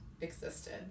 Existed